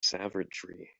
savagery